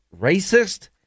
racist